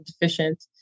deficient